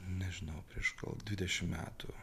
nežinau prieš gal dvidešimt metų